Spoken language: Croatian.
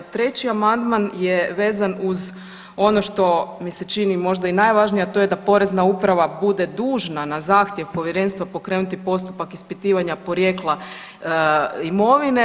Treći amandman je vezan uz ono što mi se čini možda i najvažnije, a to je da porezna uprava bude dužna na zahtjev povjerenstva pokrenuti postupak ispitivanja porijekla imovine.